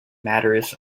matters